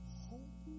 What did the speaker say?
hope